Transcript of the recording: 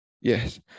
yes